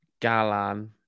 Galan